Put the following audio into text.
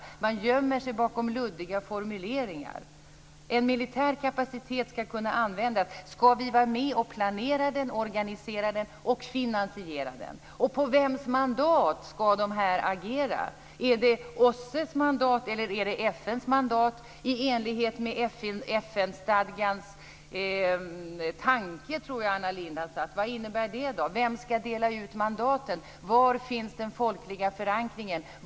Regeringen gömmer sig bakom luddiga formuleringar. En militär kapacitet skall kunna användas. Skall vi vara med och planera den, organisera den och finansiera den? Och på vems mandat skall man agera? Är det OSSE:s mandat, eller är det FN:s mandat i enlighet med FN-stadgans tanke, tror jag Anna Lindh har sagt? Vad innebär det? Vem skall dela ut mandaten? Var finns den folkliga förankringen?